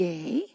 Gay